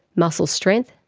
muscle strength,